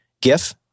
GIF